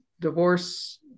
divorce